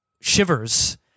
shivers